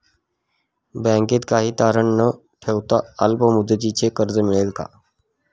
बँकेत काही तारण न ठेवता अल्प मुदतीचे कर्ज मिळेल का?